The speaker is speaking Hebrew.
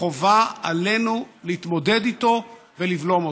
חובה עלינו להתמודד איתו ולבלום אותו.